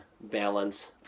Balance